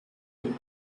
you